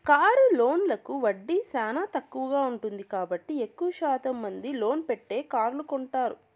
car లోన్లకు వడ్డీ చానా తక్కువగా ఉంటుంది కాబట్టి ఎక్కువ శాతం మంది లోన్ పెట్టే కార్లు కొంటారు